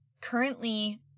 currently